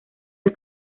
del